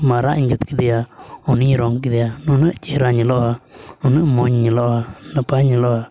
ᱢᱟᱨᱟᱜ ᱤᱧ ᱡᱩᱛ ᱠᱮᱫᱮᱭᱟ ᱩᱱᱤᱧ ᱨᱚᱝ ᱠᱮᱫᱮᱭᱟ ᱱᱩᱱᱟᱹᱜ ᱪᱮᱦᱨᱟ ᱧᱮᱞᱚᱜᱼᱟ ᱱᱩᱱᱟᱹᱜ ᱢᱚᱡᱽ ᱧᱮᱞᱚᱜᱼᱟ ᱱᱟᱯᱟᱭ ᱧᱮᱞᱚᱜᱼᱟ